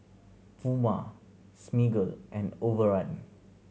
Puma Smiggle and Overrun